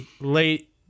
late